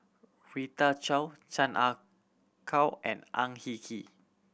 Rita Chao Chan Ah Kow and Ang Hin Kee